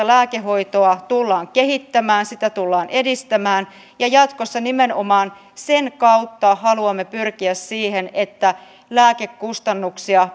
lääkehoitoa tullaan kehittämään sitä tullaan edistämään ja jatkossa nimenomaan sen kautta haluamme pyrkiä siihen että lääkekustannuksia